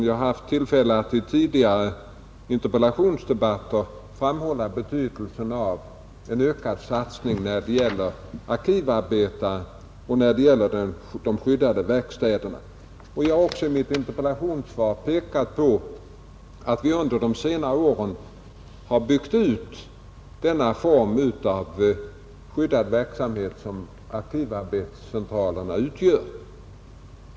Jag har haft tillfälle att i tidigare interpellationsdebatter framhålla betydelsen av en ökad satsning när det gäller arkivarbetare och när det gäller de skyddade verkstäderna, I mitt interpellationssvar i dag fäste jag också uppmärksamheten på att vi under senare år byggt ut den form av skyddad verksamhet som arkivarbetscentralerna utgör.